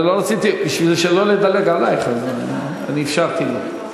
בשביל שלא לדלג עלייך אפשרתי לו.